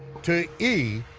to ee,